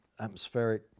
atmospheric